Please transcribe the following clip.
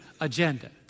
agenda